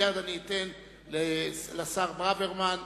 מייד אני אתן לשר ברוורמן.